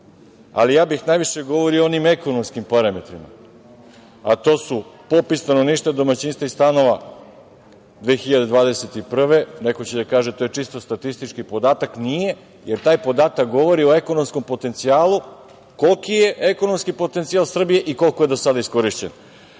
ali ja bih najviše govorio o onim ekonomskim parametrima. To su popis stanovništva, domaćinstva i stanova 2021. godine. Neko će da kaže da je to čisto statistički podata. Nije, jer taj podatak govori o ekonomskom potencijalu, koliki je ekonomski potencijal Srbije i koliko je do sada iskorišćen. Takođe,